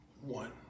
one